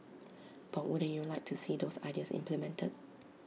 but wouldn't you like to see those ideas implemented